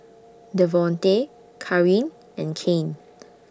Devonte Kareen and Kane